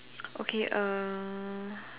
okay uh